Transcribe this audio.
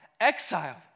exiled